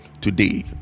today